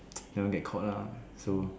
never get caught lor so